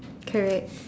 correct